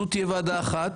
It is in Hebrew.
זו תהיה ועדה אחת.